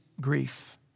grief